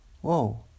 Whoa